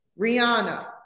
Rihanna